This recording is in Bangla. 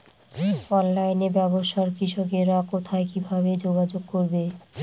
অনলাইনে ব্যবসায় কৃষকরা কোথায় কিভাবে যোগাযোগ করবে?